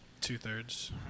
Two-thirds